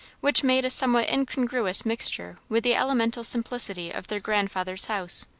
which made a somewhat incongruous mixture with the elemental simplicity of their grandfather's house.